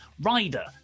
Rider